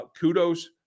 Kudos